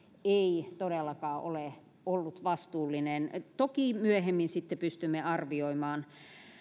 ei todellakaan ole ollut vastuullinen toki myöhemmin sitten pystymme arvioimaan